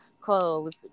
clothes